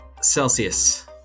Celsius